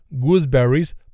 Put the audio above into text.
gooseberries